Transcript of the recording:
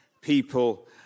people